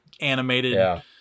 animated